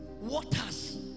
Waters